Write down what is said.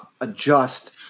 adjust